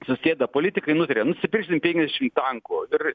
susėda politikai nutaria nusipirksim penkiasdešim tankų ir